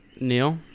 Neil